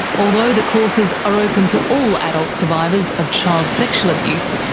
although the courses are open to all adult survivors of child sexual abuse,